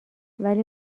ولی